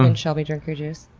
and shelby, drink your juice?